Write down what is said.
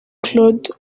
claude